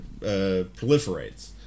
proliferates